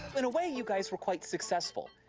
in a way, you guys were quite successful.